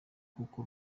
kuko